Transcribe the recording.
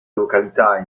località